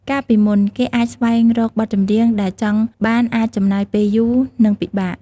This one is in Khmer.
កាលពីមុន គេអាចស្វែងរកបទចម្រៀងដែលចង់បានអាចចំណាយពេលយូរ និងពិបាក។